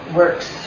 works